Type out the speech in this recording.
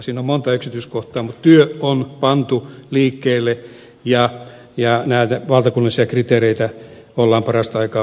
siinä on monta yksityiskohtaa mutta työ on pantu liikkeelle ja näitä valtakunnallisia kriteereitä ollaan parasta aikaa valmistelemassa